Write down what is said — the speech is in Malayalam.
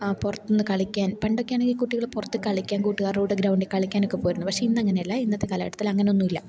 പുറത്തു നിന്നു കളിക്കാൻ പണ്ടൊക്കെ ആണെങ്കിൽ കുട്ടികൾ പുറത്ത് കളിക്കാൻ കൂട്ടുകാരുടെ കൂടെ ഗ്രൗണ്ടിൽ കളിക്കാനൊക്കെ പോകുമായിരുന്നു പക്ഷെ ഇന്ന് അങ്ങനെയല്ല ഇന്നത്തെ കാലഘട്ടത്തിൽ അങ്ങനെയൊന്നുമില്ല